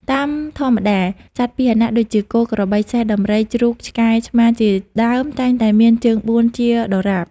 តាមធម្មតា សត្វពាហនៈដូចជាគោ ក្របី សេះ ដំរី ជ្រូក ឆ្កែ ឆ្មា ជាដើម តែងតែមានជើងបួនជាដរាប។